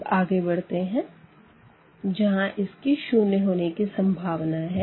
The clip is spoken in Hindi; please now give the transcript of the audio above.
अब आगे बढ़ते है जहाँ इसके शून्य होने की सम्भावना है